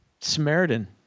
samaritan